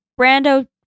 Brando